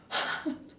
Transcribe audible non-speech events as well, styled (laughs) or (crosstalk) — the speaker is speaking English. (laughs)